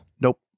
Nope